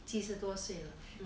七十多岁了